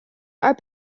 are